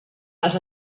les